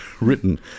written